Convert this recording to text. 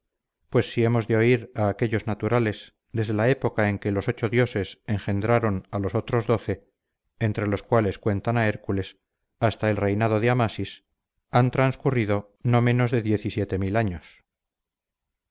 pues si hemos de oír a aquellos naturales desde la época en que los ocho dioses engendraron a los otros doce entre los cuales cuentan a hércules hasta el reinado de amasis han transcurrido no menos de años